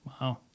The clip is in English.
Wow